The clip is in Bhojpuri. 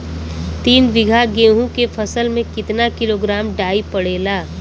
तीन बिघा गेहूँ के फसल मे कितना किलोग्राम डाई पड़ेला?